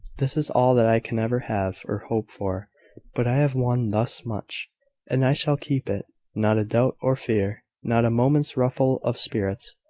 this is all that i can ever have or hope for but i have won thus much and i shall keep it. not a doubt or fear, not a moment's ruffle of spirits,